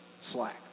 slack